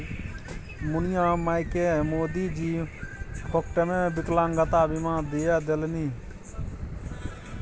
मुनिया मायकेँ मोदीजी फोकटेमे विकलांगता बीमा दिआ देलनि